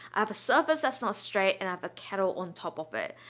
i have a surface that's not straight and have a kettle on top of it.